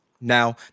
Now